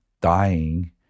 dying